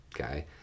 Okay